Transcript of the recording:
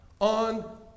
on